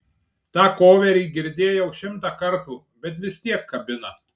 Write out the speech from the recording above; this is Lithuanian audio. tą koverį girdėjau šimtą kartų bet vis tiek kabina